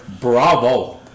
bravo